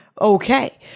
Okay